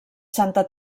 santa